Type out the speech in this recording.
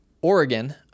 Oregon